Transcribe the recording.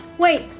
Wait